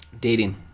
dating